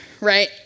right